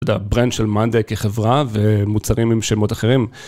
תודה. בראנד של מאנדיי כחברה ומוצרים עם שמות אחרים.